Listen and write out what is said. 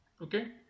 Okay